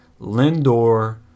Lindor